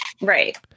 Right